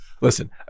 Listen